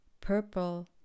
purple